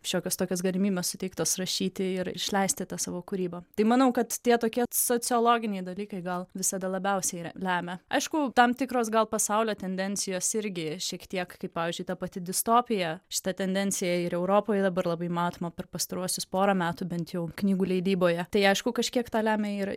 šiokios tokios galimybės suteiktos rašyti ir išleisti tą savo kūrybą tai manau kad tie tokie sociologiniai dalykai gal visada labiausiai ir lemia aišku tam tikros gal pasaulio tendencijos irgi šiek tiek kaip pavyzdžiui ta pati distopija šita tendencija ir europoje dabar labai matoma per pastaruosius porą metų bent jau knygų leidyboje tai aišku kažkiek tą lemia ir